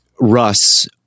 russ